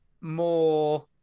more